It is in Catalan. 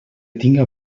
tinga